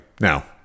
Now